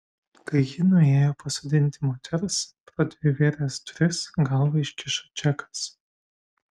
kai ji nuėjo pasodinti moters pro dvivėres duris galvą iškišo džekas